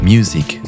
Music